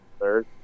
third